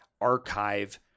archive